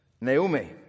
Naomi